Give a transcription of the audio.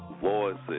Voices